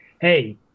hey –